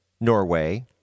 Norway